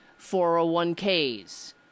401ks